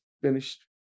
finished